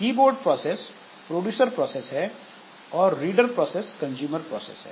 keyboard process producer process है और reader process consumer process है